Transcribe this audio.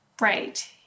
Right